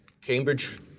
Cambridge